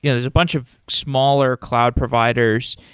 yeah there's a bunch of smaller cloud providers.